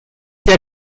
der